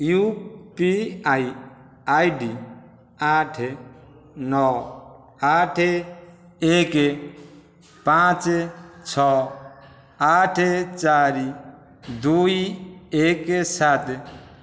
UPI ID ଆଠ ନଅ ଆଠ ଏକ ପାଞ୍ଚ ଛଅ ଆଠ ଚାରି ଦୁଇ ଏକ ସାତ